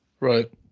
Right